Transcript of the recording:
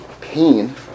pain